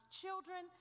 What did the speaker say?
children